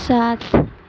سات